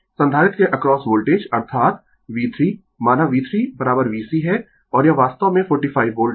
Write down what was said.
संधारित्र के across voltage अर्थात V3 माना V3 V c है और यह वास्तव में 45 वोल्ट है